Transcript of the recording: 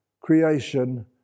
creation